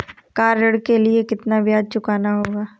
Car ऋण के लिए कितना ब्याज चुकाना होगा?